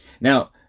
Now